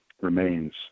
remains